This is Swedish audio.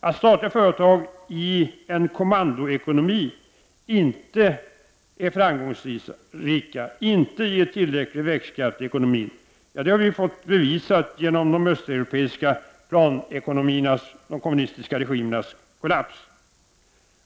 Att statliga företag i en kommandoekonomi inte är framgångsrika, inte ger tillräcklig växtkraft i ekonomin har vi fått bevisat genom de östeuropeiska planekonomiernas och kommunistiska regimernas kollaps.